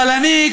אבל אני,